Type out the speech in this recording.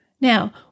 Now